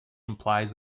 implies